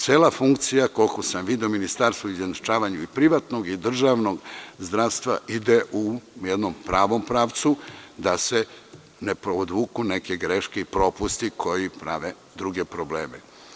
Cela funkcija, koliko sam video, ministarstva izjednačavanja privatnog i državnog zdravstva ide u jednom pravom pravcu da se ne podvuku neke greške i propusti koji prave druge probleme.